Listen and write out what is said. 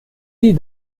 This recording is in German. die